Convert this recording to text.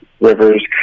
rivers